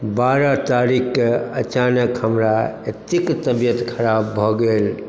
बारह तारीककेँ अचानक हमरा एतेक तबियत खराब भऽ गेल